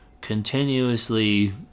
continuously